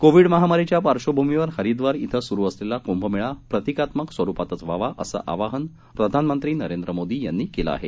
Covid महामारीच्या पार्बभूमीवर हरीद्वार इथं सुरु असलेला कुंभमेळा प्रतिकात्मक स्वरुपातच व्हावा असं आवाहन प्रधानमंत्री नरेंद्र मोदी यांनी केलं आहे